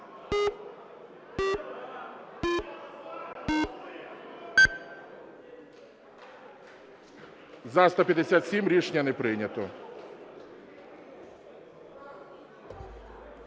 За-157 Рішення не прийнято.